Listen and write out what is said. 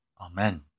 Amen